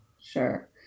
Sure